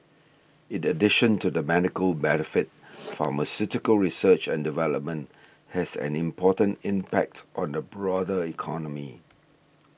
in addition to the medical benefit pharmaceutical research and development has an important impact on the broader economy